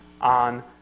on